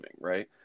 Right